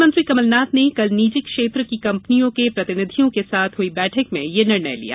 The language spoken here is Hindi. मुख्यमंत्री कमल नाथ ने कल निजी क्षेत्र की कंपनियों के प्रतिनिधियों के साथ हई बैठक में यह निर्णय लिया